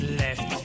left